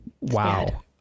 wow